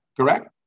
Correct